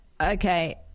Okay